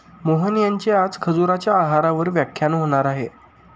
मोहन यांचे आज खजुराच्या आहारावर व्याख्यान होणार आहे